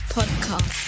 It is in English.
Podcast